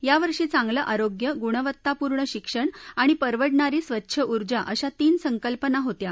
यावर्षी चांगलं आरोग्य गुणवत्तापूर्ण शिक्षण आणि परवडणारी स्वच्छ उर्जा अशा तीन संकल्पना होत्या